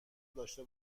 داشته